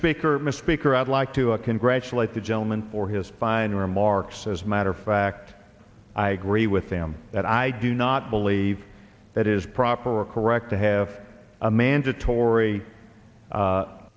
speaker mr speaker i'd like to a congratulate the gentleman for his fine remarks as a matter of fact i agree with them that i do not believe that is proper correct to have a mandatory